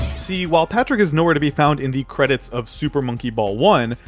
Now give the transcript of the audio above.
see, while patrick is nowhere to be found in the credits of super monkey ball one,